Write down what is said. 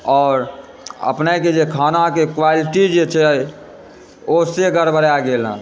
आओर अपनेके जे खानाके जे क्वालिटी जे छै ओ से गड़बड़ा गेल हँ